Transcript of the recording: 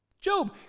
Job